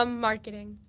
um marketing.